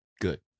Good